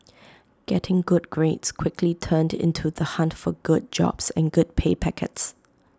getting good grades quickly turned into the hunt for good jobs and good pay packets